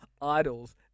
idols